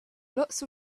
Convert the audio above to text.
lots